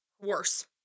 worse